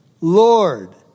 Lord